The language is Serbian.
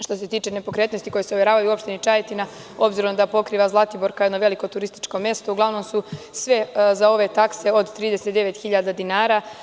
Što se tiče nepokretnosti koje su overavaju u opštini Čajetina, obzirom da pokriva Zlatibor kao jedno veliko turističko mesto, uglavnom su sve za ove takse od 39.000 dinara.